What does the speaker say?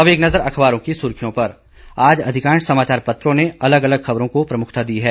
अब एक नज़र अखबारों की सुर्खियों पर आज अधिकांश समाचार पत्रों ने अलग अलग खबरों को प्रमुखता दी है